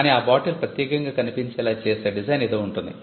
కాని ఆ బాటిల్ ప్రత్యేకంగా కనిపించేలా చేసే డిజైన్ ఏదో ఉంటుంది